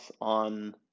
on